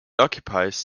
occupies